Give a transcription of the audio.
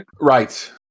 Right